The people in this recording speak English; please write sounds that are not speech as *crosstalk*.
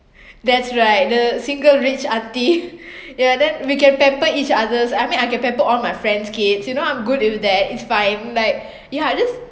*breath* that's right the single rich auntie *laughs* ya then we can pamper each others I mean I can pamper all my friends' kids you know I'm good with that it's fine like ya just